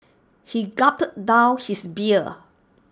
he gulped down his beer